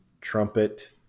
trumpet